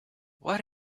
what